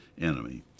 enemy